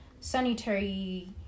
sanitary